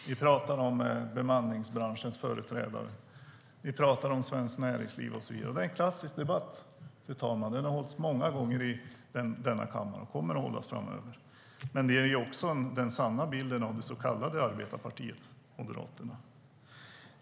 Ni pratar om bemanningsbranschens företrädare. Ni pratar om Svenskt Näringsliv och så vidare. Det är en klassisk debatt, fru talman. Den har hållits många gånger i denna kammare och kommer att hållas framöver. Men den ger också den sanna bilden av det så kallade arbetarpartiet Moderaterna.